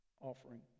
offering